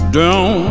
down